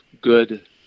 good